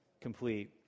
complete